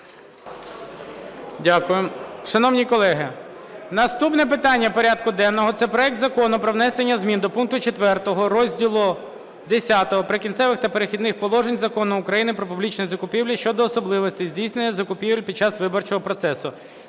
Дякую. Шановні колеги, наступне питання порядку денного – це проект Закону про внесення зміни до пункту 4 Розділу X "Прикінцеві та перехідні положення" Закону України "Про публічні закупівлі" щодо особливостей здійснення закупівель під час виборчого процесу.